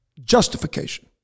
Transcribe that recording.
justification